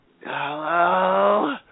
Hello